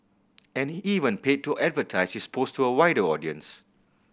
and he even paid to advertise his post to a wider audience